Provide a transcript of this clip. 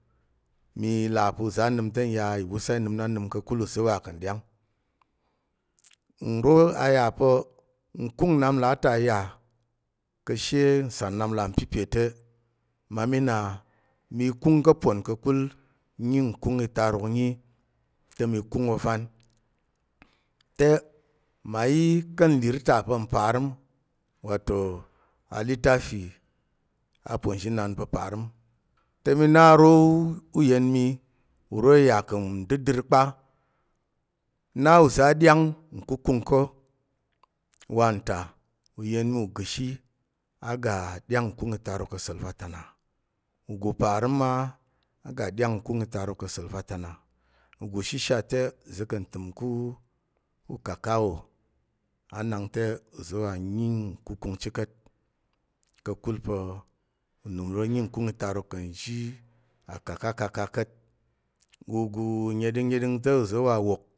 Mi là pa̱ uzo a nəm te iwusuwa i nəm na nəm ka̱kul uza̱ wa ka̱ nɗyang. Nro a yà pa̱ nkung nnap nlà ta yà ka̱she nsar nnap nlà mpipe te mmami na mi kung ka̱ pon ka̱kul nyi nkung itarok nyi te mi kung ôvan. Te mmayi ka̱ nlir ta pa̱ mparəm wato alitafi aponzhinan pa̱ parəm te mi na aro ûyen mi uro i yà ka̱ ndədər pa̱ na uzo a ɗyang nkukung ka̱. Wanta uyen mi ugəshi ɗyang nkung itarok ka̱, asa̱l va ta na ugu parəm ma aga ɗyang nkung ttarok ka̱ sa̱l va ta na ugu shəshat te uzo ka̱ ntəm ku ukaka wò a nak te uza̱ wa nyi nkukung chit ka̱t. Ka̱kul pa̱ unəm ro nyi nkung itarok ka̱ nzhi akakakaka ka̱t. Ugu neɗing neɗing te uza̱ wa wok.